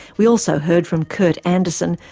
we also heard from kurt andersen,